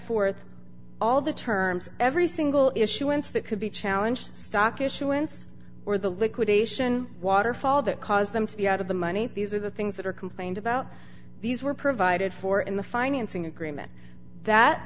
forth all the terms every single issuance that could be challenged stock issuance or the liquidation waterfall that caused them to be out of the money these are the things that are complained about these were provided for in the financing agreement that